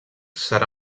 serà